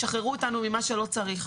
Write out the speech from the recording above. שחררו אותנו ממה שלא צריך.